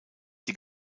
die